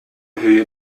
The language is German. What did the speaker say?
höhe